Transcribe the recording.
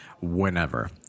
whenever